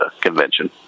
convention